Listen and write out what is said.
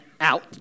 out